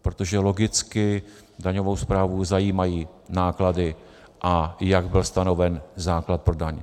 Protože logicky daňovou správu zajímají náklady, a jak byl stanoven základ pro daň.